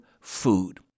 food—